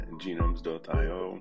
genomes.io